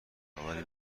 آوری